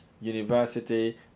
university